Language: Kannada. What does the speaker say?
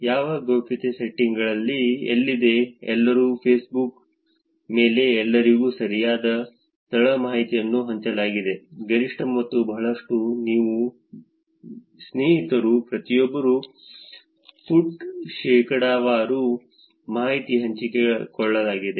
ಯಾವ ಗೌಪ್ಯತೆ ಸೆಟ್ಟಿಂಗ್ಗಳನ್ನು ಎಲ್ಲಿದೆ ಎಲ್ಲರೂ ಫೇಸ್ಬುಕ್ ಮೇಲೆ ಎಲ್ಲರಿಗೂ ಸರಿಯಾದ ಸ್ಥಳ ಮಾಹಿತಿಯನ್ನು ಹಂಚಲಾಗಿದೆ ಗರಿಷ್ಠ ಮತ್ತು ಬಹಳಷ್ಟು ಎಂದು ನೀವು ಸ್ನೇಹಿತರು ಪ್ರತಿಯೊಬ್ಬರೂ ಪುಟ್ ಶೇಕಡಾವಾರು ಮಾಹಿತಿ ಹಂಚಿಕೊಳ್ಳಲಾಗಿದೆ